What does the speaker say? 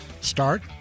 Start